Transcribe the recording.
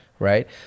Right